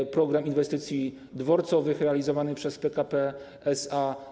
Jest program inwestycji dworcowych realizowany przez PKP SA.